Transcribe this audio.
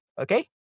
Okay